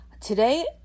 Today